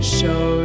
show